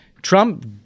Trump